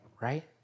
right